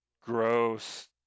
gross